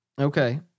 Okay